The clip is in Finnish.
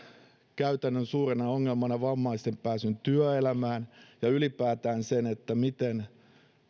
käytännön ongelmana vammaisten pääsyn työelämään ja ylipäätään sen miten